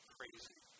Crazy